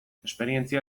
esperientzia